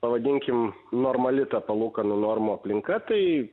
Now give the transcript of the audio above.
pavadinkime normali ta palūkanų normų aplinka tai